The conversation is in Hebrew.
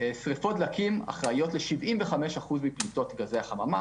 שריפות דלקים אחראיות ל-75% מפליטות גזי החממה.